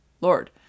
Lord